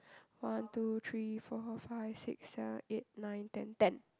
one two three four five six seven eight nine ten ten